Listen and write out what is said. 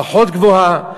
פחות גבוהה.